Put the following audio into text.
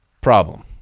Problem